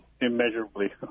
immeasurably